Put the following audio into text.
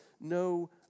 no